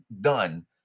done